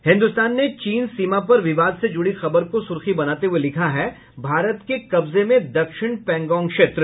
हिन्दुस्तान ने चीन सीमा पर विवाद से जुड़ी खबर को सुर्खी बनाते हुये लिखा है भारत के कब्जे में दक्षिण पैंगोंग क्षेत्र